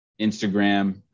instagram